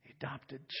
adopted